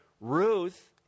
Ruth